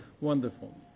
wonderful